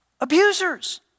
abusers